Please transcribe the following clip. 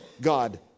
God